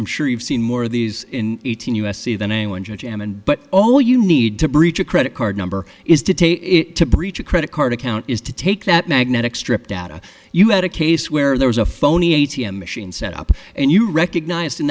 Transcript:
i'm sure you've seen more of these in eighteen u s c then i am and but all you need to breach a credit card number is to take it to breach a credit card account is to take that magnetic strip data you had a case where there was a phony a t m machine set up and you recognized in